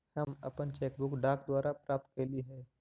हम अपन cheque book डाक द्वारा प्राप्त कईली हे